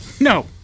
no